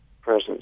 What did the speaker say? presence